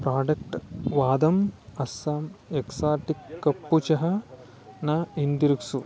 product ವಾದಂ Assam exotic ಕಪ್ಪು ಚಹಾನ ಹಿಂದಿರುಗಿಸು